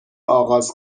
آغاز